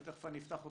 ותיכף אני אפתח אותו,